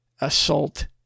assault